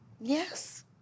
Yes